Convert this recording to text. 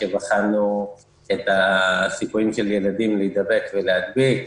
כשבחנו את הסיכויים של ילדים להידבק ולהדביק.